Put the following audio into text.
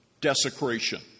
desecration